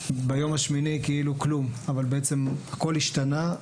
וביום השמיני כאילו כלום, אבל בעצם הכול השתנה,